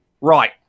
Right